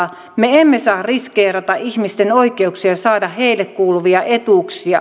me emme saa riskeerata ihmisten oikeuksia saada heille kuuluvia etuuksia